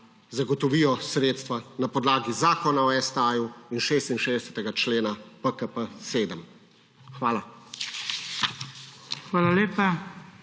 zagotovijo sredstva na podlagi Zakona o STA in 66. člena PKP7. Hvala.